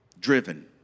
Driven